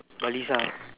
baliza